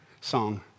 song